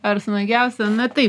ar smagiausia na tai